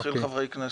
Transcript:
נתחיל חברי כנסת.